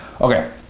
Okay